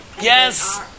Yes